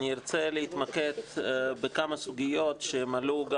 אני ארצה להתמקד בכמה סוגיות שעלו גם